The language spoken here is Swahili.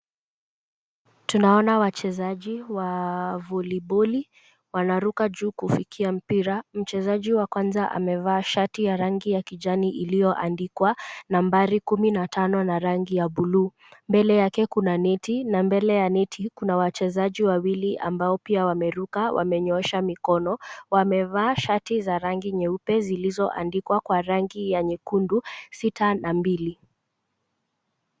Tunaona wachezaji wa voliboli, wanaruka juu kufikia mpira. Mchezaji wa kwanza amevaa shati ya rangi ya kijani iliyoandikwa nambari 15 na rangi ya bluu. Mbele yake kuna neti, na mbele ya neti kuna wachezaji wawili ambao pia wameruka, wamenyoosha mikono, wamevaa shati za rangi nyeupe zilizoandikwa na rangi nyekundu, 6 na 2.